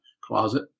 closet